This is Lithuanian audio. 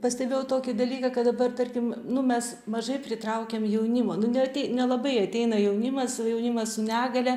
pastebėjau tokį dalyką kad dabar tarkim nu mes mažai pritraukiam jaunimo nu neatei nelabai ateina jaunimas o jaunimas su negalia